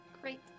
Great